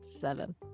seven